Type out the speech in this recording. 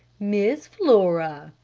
miss flora!